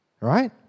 right